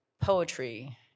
poetry